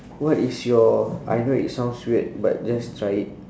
what is your I know it sounds weird but just try it